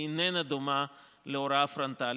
היא איננה דומה להוראה פרונטלית,